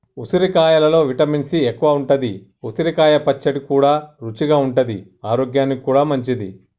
ఉసిరికాయలో vitamin C ఎక్కువుంటది, ఉసిరికాయ పచ్చడి కూడా రుచిగా ఉంటది ఆరోగ్యానికి కూడా మంచిది